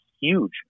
huge